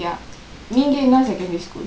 நீங்க என்ன:neengka enna secondary school